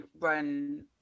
run